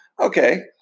Okay